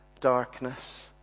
darkness